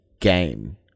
game